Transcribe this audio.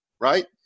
right